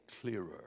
clearer